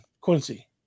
Quincy